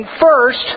first